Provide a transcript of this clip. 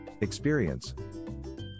Experience